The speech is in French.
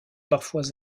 parfois